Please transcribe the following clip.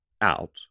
out